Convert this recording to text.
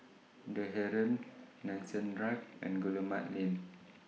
The Heeren Nanson Drive and Guillemard Lane